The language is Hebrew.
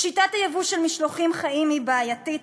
שיטת הייבוא של משלוחים חיים היא בעייתית,